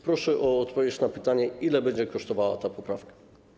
Proszę o odpowiedź na pytanie: Ile będzie kosztowała ta poprawka?